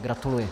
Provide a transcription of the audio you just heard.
Gratuluji.